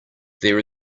there